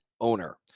owner